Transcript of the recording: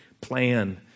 plan